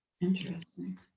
interesting